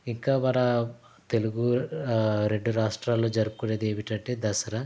ఇంకా మన తెలుగు రెండు రాష్ట్రాల్లో జరుపుకునేది ఏమిటంటే దసరా